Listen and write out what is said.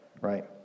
right